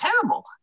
terrible